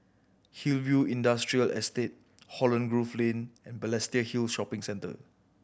Hillview Industrial Estate Holland Grove Lane and Balestier Hill Shopping Centre